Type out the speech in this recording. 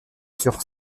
sur